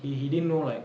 he he didn't know like